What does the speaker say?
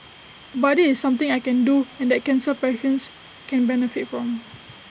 but this is something I can do and that cancer patients can benefit from